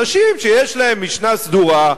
אנשים שיש להם משנה סדורה,